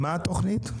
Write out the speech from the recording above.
מה התוכנית?